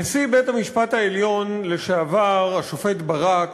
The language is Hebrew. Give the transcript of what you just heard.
נשיא בית-המשפט העליון לשעבר השופט ברק